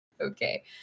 Okay